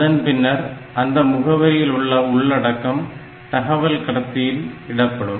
அதன் பின்னர் அந்த முகவரியில் உள்ள உள்ளடக்கம் தகவல் கடத்தியில் இடப்படும்